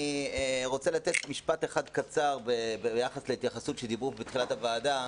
אני רוצה להגיד משפט אחד קצר ביחס לדברים שאמרו בתחילת הישיבה.